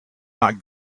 not